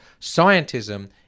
Scientism